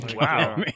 Wow